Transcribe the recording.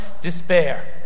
despair